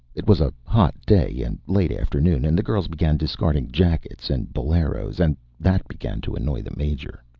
it was a hot day and late afternoon, and the girls began discarding jackets and boleros, and that began to annoy the major.